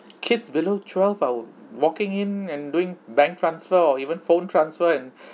kids below twelve are walking in and doing bank transfer or even phone transfer and